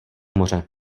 moře